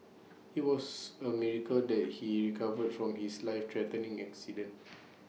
IT was A miracle that he recovered from his life threatening accident